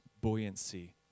buoyancy